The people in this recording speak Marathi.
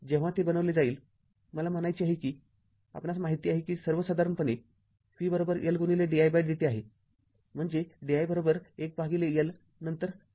जेव्हा ते बनविले जाईलमला म्हणायचे आहे की आपणास माहित आहे की सर्वसाधारणपणे v L di dt आहे म्हणजे di १Lनंतर v dt आहे